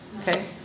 Okay